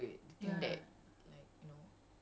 ya that's the one everybody watch